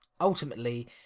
ultimately